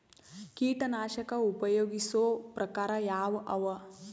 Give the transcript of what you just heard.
ಕೀಟನಾಶಕ ಉಪಯೋಗಿಸೊ ಪ್ರಕಾರ ಯಾವ ಅವ?